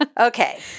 Okay